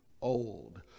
old